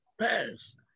pass